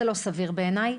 זה לא סביר בעיניי,